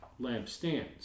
lampstands